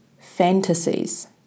fantasies